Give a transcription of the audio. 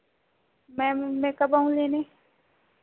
ma'am मैं कब आऊँ लेने